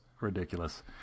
Ridiculous